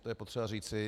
To je potřeba říci.